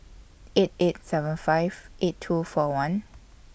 eight eight seven five eight two four one